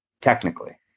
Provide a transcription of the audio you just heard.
Technically